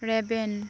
ᱨᱮᱵᱮᱱ